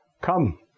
Come